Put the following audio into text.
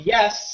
Yes